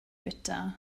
bwyta